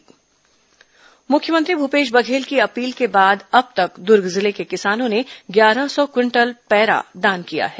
पराली रोक मुख्यमंत्री भूपेश बघेल की अपील के बाद अब तक द्र्ग जिले के किसानों ने ग्यारह सौ क्विंटल पैरा दान किया है